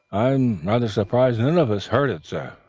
i'm rather surprised none of us heard it, sir.